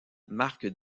marque